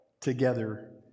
together